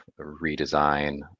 redesign